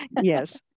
Yes